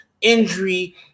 injury